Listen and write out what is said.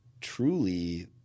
truly